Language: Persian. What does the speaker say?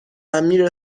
میره